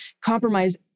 compromise